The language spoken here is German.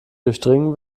durchdringen